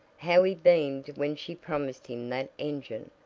how he beamed when she promised him that engine!